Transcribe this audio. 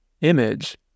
image